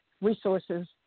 Resources